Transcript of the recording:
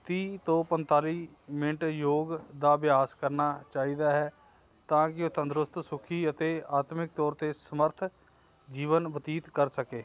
ਤੀਹ ਤੋਂ ਪੰਤਾਲੀ ਮਿੰਟ ਯੋਗ ਦਾ ਅਭਿਆਸ ਕਰਨਾ ਚਾਹੀਦਾ ਹੈ ਤਾਂ ਕਿ ਉਹ ਤੰਦਰੁਸਤ ਸੁਖੀ ਅਤੇ ਆਤਮਿਕ ਤੌਰ 'ਤੇ ਸਮਰਥ ਜੀਵਨ ਬਤੀਤ ਕਰ ਸਕੇ